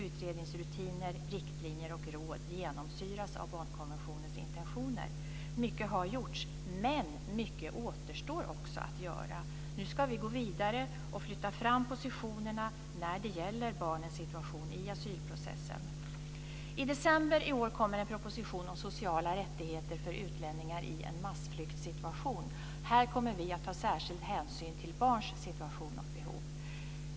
Utredningsrutiner, riktlinjer och råd genomsyras av barnkonventionens intentioner. Mycket har gjorts, men mycket återstår också att göra. Nu ska vi gå vidare och flytta fram positionerna när det gäller barnens situation i asylprocessen. I december i år kommer en proposition om sociala rättigheter för utlänningar i en massflyktssituation. Här kommer vi att ta särskild hänsyn till barns situation och behov.